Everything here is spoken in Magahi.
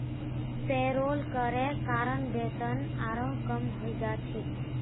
पेरोल करे कारण वेतन आरोह कम हइ जा छेक